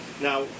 Now